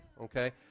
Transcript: Okay